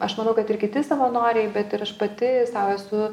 aš manau kad ir kiti savanoriai bet ir aš pati sau esu